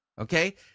Okay